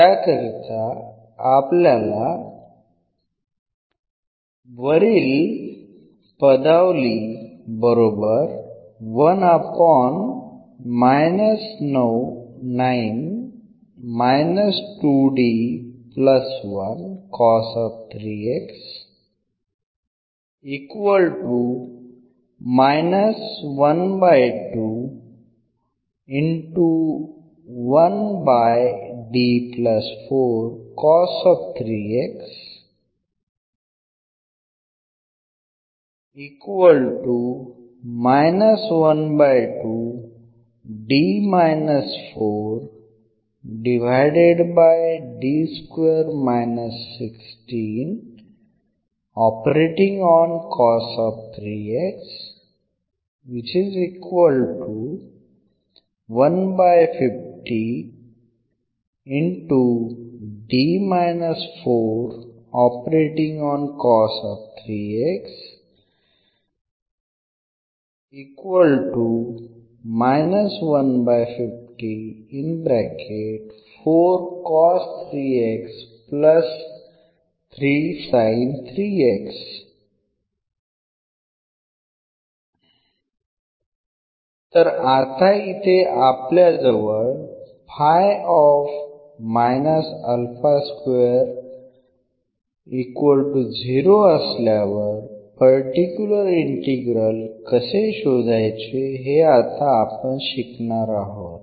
तर आता इथे आपल्याजवळ असल्यावर पर्टिक्युलर इंटिग्रल कसे शोधायचे हे आता आपण शिकणार आहोत